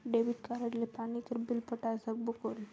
Debit card ले पानी कर बिल पटाय सकबो कौन?